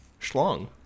schlong